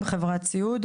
שמעורבת בה גם חברת סיעוד,